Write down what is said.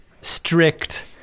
strict